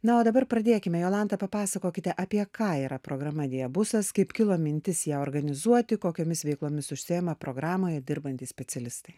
na o dabar pradėkime jolanta papasakokite apie ką yra programa diabusas kaip kilo mintis ją organizuoti kokiomis veiklomis užsiima programoje dirbantys specialistai